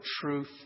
truth